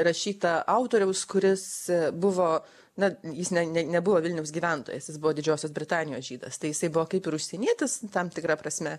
rašyta autoriaus kuris buvo na jis ne nebuvo vilniaus gyventojas jis buvo didžiosios britanijos žydas tai jisai buvo kaip ir užsienietis tam tikra prasme